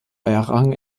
errang